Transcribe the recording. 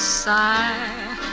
sigh